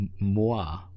moi